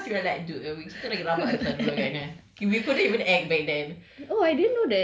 correct cause we're like dude oh wait kita lagi rabak daripada dia kan okay we couldn't even act back then